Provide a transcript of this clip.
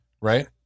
right